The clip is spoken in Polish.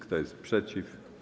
Kto jest przeciw?